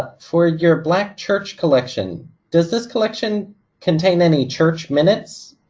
for your black church collection, does this collection contain any church minutes,